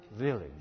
village